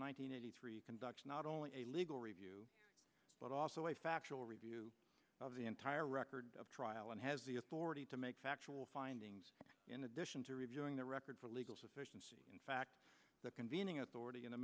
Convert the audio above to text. hundred eighty three conducts not only a legal review but also a factual review of the entire record of trial and has the authority to make factual findings in addition to reviewing the record for legal sufficiency in fact the convening authority in the